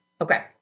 Okay